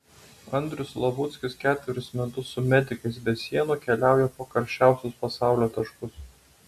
andrius slavuckis ketverius metus su medikais be sienų keliauja po karščiausius pasaulio taškus